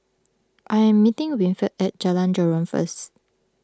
I am meeting Winford at Jalan Joran first